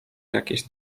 jakieś